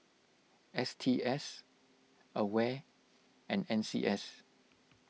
S T S Aware and N C S